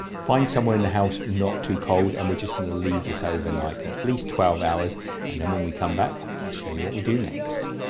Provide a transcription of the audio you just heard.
find somewhere in the house not too cold and we're just going to leave this overnight, at least twelve hours and then when we come back i'll show you what we do next.